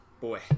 boy